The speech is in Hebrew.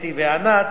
אתי וענת,